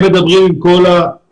הם מדברים עם כל החולים,